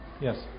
Yes